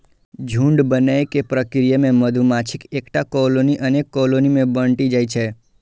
झुंड बनै के प्रक्रिया मे मधुमाछीक एकटा कॉलनी अनेक कॉलनी मे बंटि जाइ छै